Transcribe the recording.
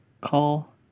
call